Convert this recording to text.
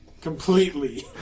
Completely